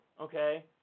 okay